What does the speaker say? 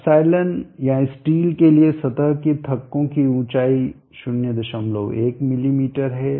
ε या स्टील के लिए सतह के धक्कों की ऊंचाई 01 मिमी है